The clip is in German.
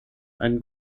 einen